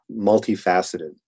multifaceted